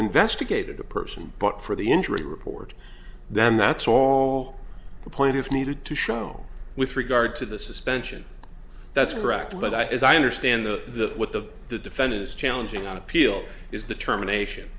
investigated the person but for the injury report then that's all the point is needed to show with regard to the suspension that's correct but i understand the what the the defendant is challenging on appeal is the termination